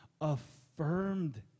affirmed